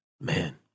man